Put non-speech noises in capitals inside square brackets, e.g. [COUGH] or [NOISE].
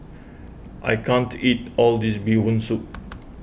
[NOISE] I can't eat all of this Bee Hoon Soup